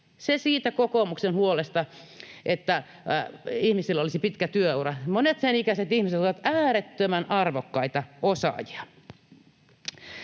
Se siitä kokoomuksen huolesta, että ihmisillä olisi pitkä työura. Monet sen ikäiset ihmiset ovat äärettömän arvokkaita osaajia.